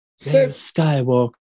Skywalker